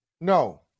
No